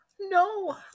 No